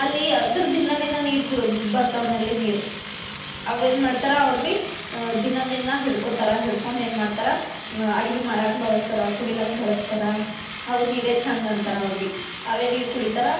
ಅಲ್ಲಿ ಅದ್ರ ದಿನ ದಿನ ನೀರು ಕುಡ್ ಬರ್ತಾವ ನಲ್ಲಿ ನೀರು ಅವೇನು ಮಾಡ್ತಾರೆ ಅವ್ರು ಭಿ ದಿನ ದಿನ ಹಿಡ್ಕೊತಾರೆ ಹಿಡ್ಕೊಂಡು ಏನು ಮಾಡ್ತಾರೆ ಅಡ್ಗೆ ಮಾಡ್ಲಿಕ್ಕ ಬಳಸ್ತಾರೆ ಕುಡಿಲಿಕ್ಕ ಬಳಸ್ತಾರೆ ಅವು ನೀರೇ ಚಂದ ಅಂತಾರೆ ಅವ್ರು ಭಿ ಅವೇ ನೀರು ಕುಡಿತಾರೆ